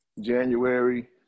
January